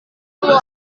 luar